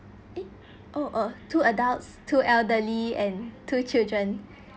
eh oh uh two adults two elderly and two children